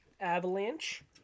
Avalanche